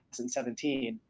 2017